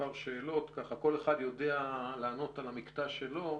כל אחד יודע לענות על המקטע שלו.